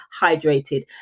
hydrated